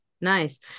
Nice